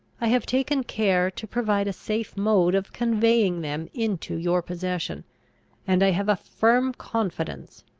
i have taken care to provide a safe mode of conveying them into your possession and i have a firm confidence,